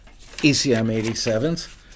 ECM87s